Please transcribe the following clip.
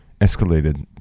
escalated